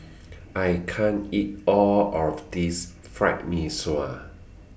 I can't eat All of This Fried Mee Sua